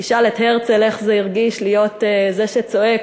תשאל את הרצל איך זה הרגיש להיות זה שצועק